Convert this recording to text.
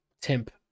Temp